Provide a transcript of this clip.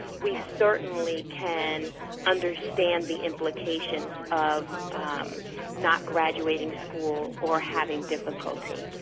we certainly can understand the implications of not graduating school or having difficulty.